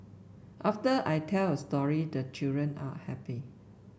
after I tell a story the children are happy